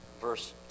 verse